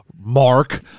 Mark